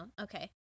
okay